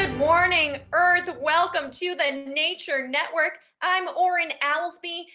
morning earth. welcome to the nature network, i'm orin owlsby,